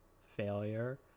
failure